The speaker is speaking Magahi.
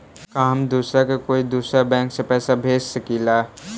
का हम दूसरा के कोई दुसरा बैंक से पैसा भेज सकिला?